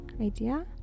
Idea